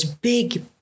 big